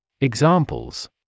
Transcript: Examples